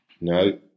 No